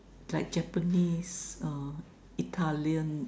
like Japanese uh Italian